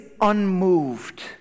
unmoved